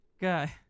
Guy